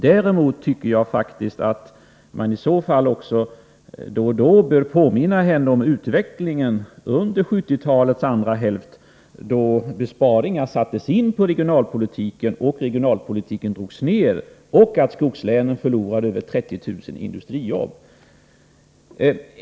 Däremot tycker jag faktiskt att man då och då också bör påminna Karin Andersson om utvecklingen under 1970-talets andra hälft, då besparingar gjordes inom regionalpolitiken, så att dess omfattning minskade, och då vi förlorade 30 000 industrijobb.